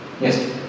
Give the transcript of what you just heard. Yes